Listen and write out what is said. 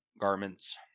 garments